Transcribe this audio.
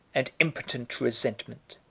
and impotent resentment.